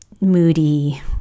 moody